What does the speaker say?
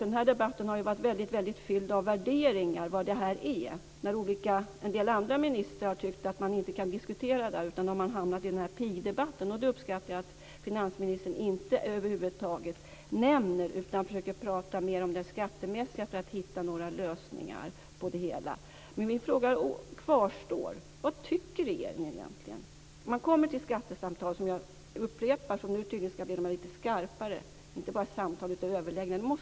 Den här debatten har ju varit fylld av värderingar i fråga om vad detta är. En del andra ministrar har tycket att man inte kan diskutera det här; de har hamnat i pigdebatten. Jag uppskattar att finansministern över huvud taget inte nämner den. Han försöker prata mer om det skattemässiga för att hitta några lösningar på problemen. Men min fråga kvarstår: Vad tycker regeringen egentligen? Om man kommer till skattesamtalen måste man tycka något. Jag upprepar det. Nu skall detta tydligen bli lite skarpare; det är inte bara samtal utan överläggningar.